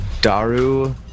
Daru